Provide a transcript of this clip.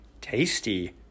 Tasty